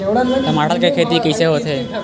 टमाटर के खेती कइसे होथे?